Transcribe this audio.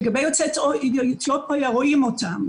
לגבי יוצאי אתיופיה, רואים אותם.